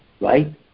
right